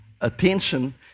attention